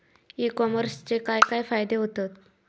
E कॉमर्सचे काय काय फायदे होतत?